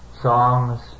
songs